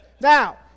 Now